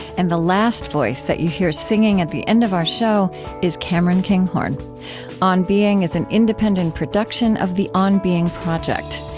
and the last voice that you hear singing at the end of our show is cameron kinghorn on being is an independent production of the on being project.